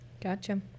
Gotcha